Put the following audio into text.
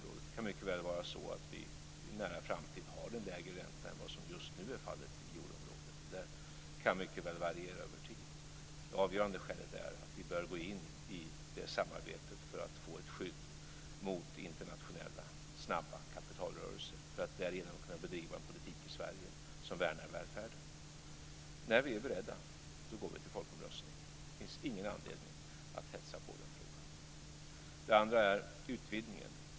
Det kan mycket väl vara så att vi i en nära framtid har en lägre ränta än vad som just nu är fallet i euroområdet. Detta kan mycket väl variera över tid. Det avgörande skälet är att vi bör gå in i det samarbetet för att få ett skydd mot internationella snabba kapitalrörelser för att därigenom kunna bedriva en politik i Sverige som värnar välfärden. När vi är beredda går vi till folkomröstning. Det finns ingen anledning att hetsa på den frågan. Det andra handlar om utvidgningen.